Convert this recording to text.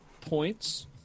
points